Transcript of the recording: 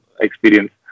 experience